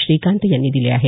श्रीकांत यांनी दिले आहेत